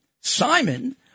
Simon